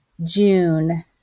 June